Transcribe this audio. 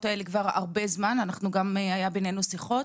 האלה כבר הרבה זמן וגם היו בינינו שיחות.